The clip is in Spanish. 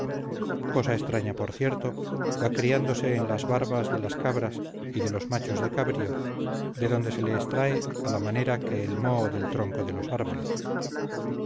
cosa extraña por cierto va criándose en las barbas da las cabras y de los machos de cabrío de donde se le extrae a la manera que el moho del tronco de los árboles